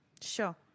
Sure